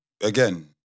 again